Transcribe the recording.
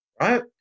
right